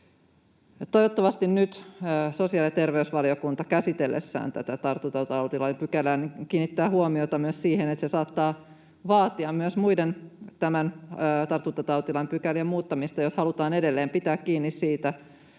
Toivottavasti nyt sosiaali- ja terveysvaliokunta käsitellessään tätä tartuntatautilain pykälää kiinnittää huomiota myös siihen, että se saattaa vaatia myös muiden tartuntatautilain pykälien muuttamista, jos halutaan edelleen pitää kiinni siitä